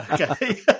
Okay